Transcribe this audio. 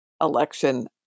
election